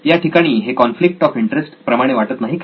या ठिकाणी हे कॉन्फ्लिक्ट ऑफ इंटरेस्ट प्रमाणे वाटतं नाही का